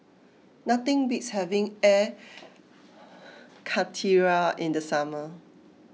nothing beats having Air Karthira in the summer